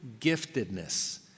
giftedness